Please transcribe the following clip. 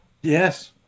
Yes